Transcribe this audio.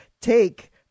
take